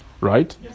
Right